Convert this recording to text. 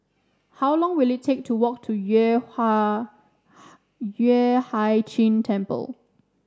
how long will it take to walk to Yueh Ha Yueh Hai Ching Temple